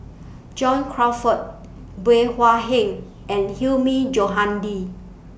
John Crawfurd Bey Hua Heng and Hilmi Johandi